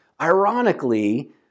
ironically